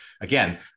again